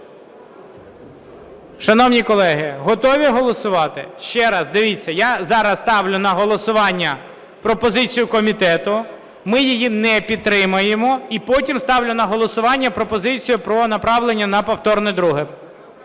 Шановні колеги, готові голосувати? Ще раз, дивіться, я зараз ставлю на голосування пропозицію комітету, ми її не підтримуємо і потім ставимо на голосування пропозицію про направлення на повторне друге.